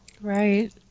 right